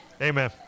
Amen